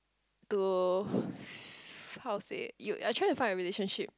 to how say you I try to find a relationship